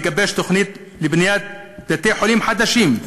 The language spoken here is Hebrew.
לגבש תוכנית לבניית בתי-חולים חדשים,